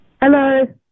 Hello